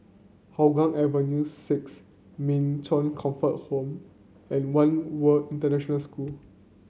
Hougang Avenue Six Min Chong Comfort Home and One World International School